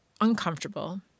uncomfortable